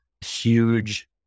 huge